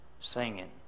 singing